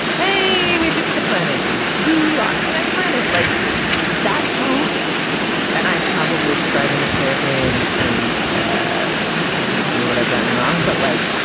hey, we fix the planet doodoo on to the next planet like that tone and i'm probably describing it terribly. and and ah so you can tell me what i've gotten wrong. but like,